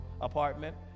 apartment